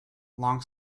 long